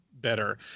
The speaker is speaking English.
better